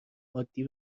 عادی